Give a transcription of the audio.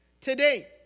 today